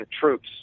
troops